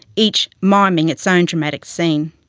each miming its own dramatic scene.